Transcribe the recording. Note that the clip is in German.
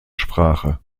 sprache